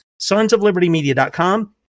sonsoflibertymedia.com